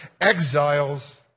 exiles